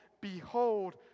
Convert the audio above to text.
Behold